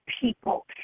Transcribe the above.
people